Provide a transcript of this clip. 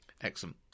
Excellent